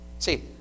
See